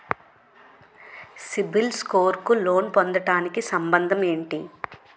CIBIL score కు loan పొందటానికి సంబంధం ఏంటి?